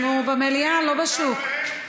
אנחנו במליאה לא בשוק.